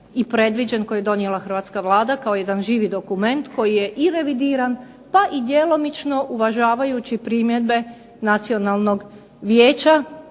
i predviđen, koji je donijela hrvatska Vlada kao jedan živi dokument koji je i revidiran pa i djelomično uvažavajući primjedbe Nacionalnog vijeća